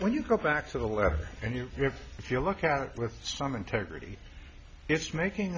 when you go back to the left and you have if you look at it with some integrity it's making a